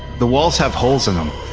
the walls have holes in them,